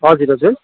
हजुर हजुर